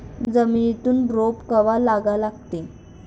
जमिनीत रोप कवा लागा लागते?